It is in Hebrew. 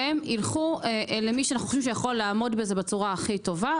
והן ילכו למי שחושבים שיכול לעמוד בזה בצורה הכי טובה.